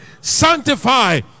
sanctify